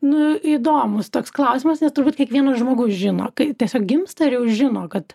nu įdomus toks klausimas nes turbūt kiekvienas žmogus žino kai tiesiog gimsta ir jau žino kad